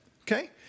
okay